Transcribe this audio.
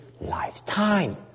lifetime